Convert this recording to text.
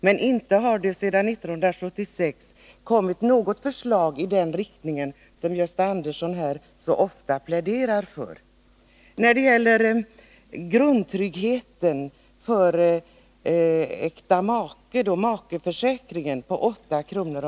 Men inte har det sedan 1976 kommit något förslag i den riktning som Gösta Andersson här så ofta pläderar för. När det gäller grundtryggheten för äkta make — makeförsäkringen på 8 kr.